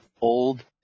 old